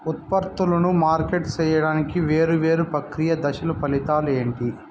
ఉత్పత్తులను మార్కెట్ సేయడానికి వేరువేరు ప్రక్రియలు దశలు ఫలితాలు ఏంటి?